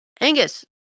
Angus